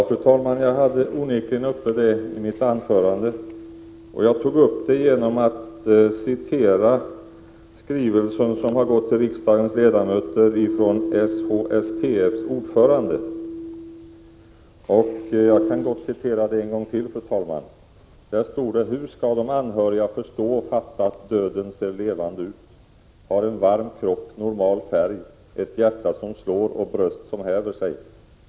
Fru talman! Jag tog onekligen upp denna sak i mitt anförande, och det gjorde jag genom att citera ur den skrivelse som har gått till riksdagens ledamöter från SHSTF:s ordförande. Jag kan gott, fru talman, läsa upp samma citat en gång till: ”Hur skall de anhöriga förstå och fatta att döden ser levande ut, har en varm kropp, normal färg, ett hjärta som slår och bröst som häver sig?